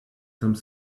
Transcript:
some